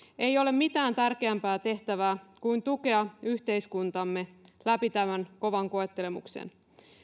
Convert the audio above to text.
ei ole mitään tärkeämpää tehtävää kuin tukea yhteiskuntamme läpi tämän kovan koettelemuksen